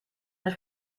eine